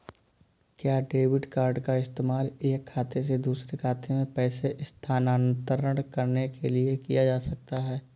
क्या debit card का इस्तेमाल एक खाते से दूसरे खाते में पैसे स्थानांतरण करने के लिए किया जा सकता है?